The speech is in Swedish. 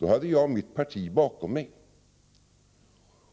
hade jag mitt parti bakom mig.